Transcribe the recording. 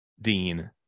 Dean